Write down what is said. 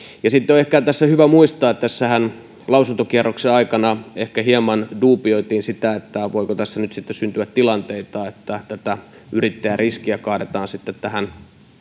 sitten on ehkä tässä hyvä muistaa että tässähän lausuntokierroksen aikana ehkä hieman duubioitiin sitä voiko tässä sitten syntyä tilanteita että yrittäjäriskiä kaadetaan tähän